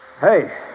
Hey